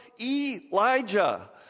Elijah